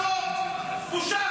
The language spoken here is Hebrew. עוד עשר דקות, עוד חמש דקות.